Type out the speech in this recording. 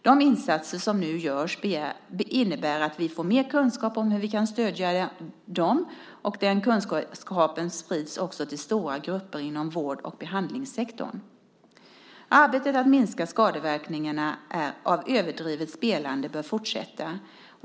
De insatser som nu görs innebär att vi får mer kunskap om hur vi kan stödja dem, och den kunskapen sprids också till stora grupper inom vård och behandlingssektorn. Arbetet att minska skadeverkningarna av överdrivet spelande bör fortsätta.